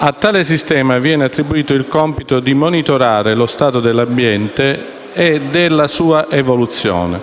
A tale Sistema viene attribuito il compito di monitorare lo stato dell'ambiente e della sua evoluzione,